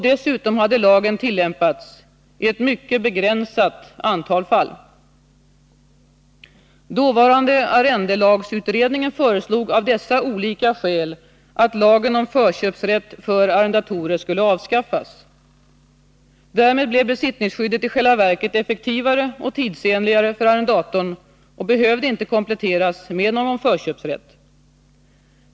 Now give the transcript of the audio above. Dessutom hade lagen tillämpats i ett mycket begränsat antal fall. Dåvarande arrendelagsutredningen föreslog av dessa olika skäl att lagen om förköpsrätt för arrendatorer skulle avskaffas. Därmed blev besittningsskyddet i själva verket effektivare och tidsenligare för arrendatorn och behövde inte kompletteras med någon förköpsrätt.